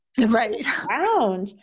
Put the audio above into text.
Right